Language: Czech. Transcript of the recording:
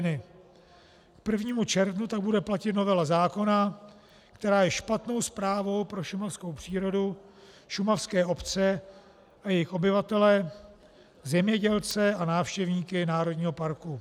K 1. červnu tak bude platit novela zákona, která je špatnou zprávou pro šumavskou přírodu, šumavské obce a jejich obyvatele, zemědělce a návštěvníky národního parku.